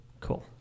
Cool